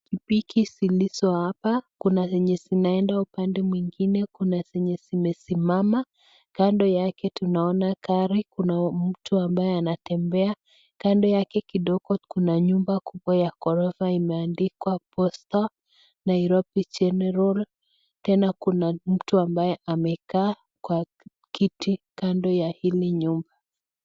Pikipiki zilizopo hapa, kuna zenye zinaenda upande mwingine, kuna zenye zimesimama. Kando yake tunaona gari, kuna mtu ambaye anatembea. Kando yake kidogo kuna nyumba kubwa ya gorofa imeandikwa Posta Nairobi General . Tena kuna mtu ambaye amekaa kwa kiti kando ya hili nyumba.